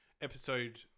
episode